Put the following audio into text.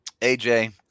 AJ